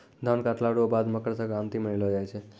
धान काटला रो बाद मकरसंक्रान्ती मानैलो जाय छै